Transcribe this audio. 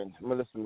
Melissa